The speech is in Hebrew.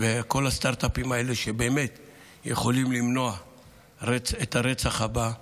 וכל הסטרטאפים שיכולים למנוע את הרצח הבא.